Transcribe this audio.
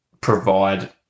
provide